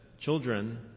children